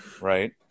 Right